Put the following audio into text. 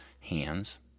hands